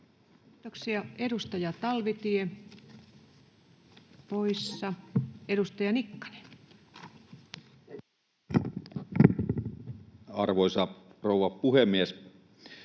Kiitoksia. — Edustaja Talvitie poissa. — Edustaja Nikkanen. Arvoisa rouva puhemies!